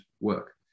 work